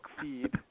feed